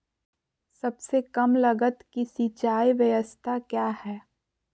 सबसे कम लगत की सिंचाई ब्यास्ता क्या है?